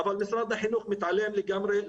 אבל משרד החינוך מתעלם לגמרי.